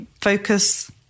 focus